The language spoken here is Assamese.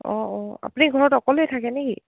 অঁ অঁ আপুনি ঘৰত অকলেই থাকে নে কি